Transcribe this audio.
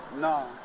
No